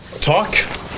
talk